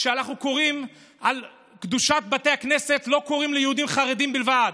כשאנחנו קוראים על קדושת בתי הכנסת לא קוראים ליהודים חרדים בלבד,